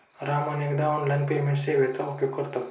राम अनेकदा online payment सेवेचा उपयोग करतो